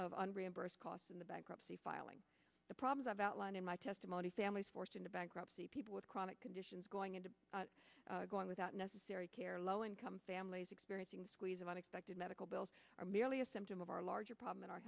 reimburse costs in the bankruptcy filing the problems i've outlined in my testimony families forced into bankruptcy people with chronic conditions going into going without necessary care or low income families experiencing squeeze of unexpected medical bills are merely a symptom of our larger problem in our